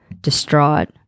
distraught